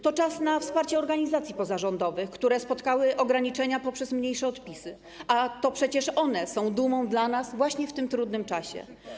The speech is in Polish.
To czas na wsparcie organizacji pozarządowych, które spotkały ograniczenia w postaci mniejszych odpisów, a to przecież one są naszą dumą właśnie w tym trudnym czasie.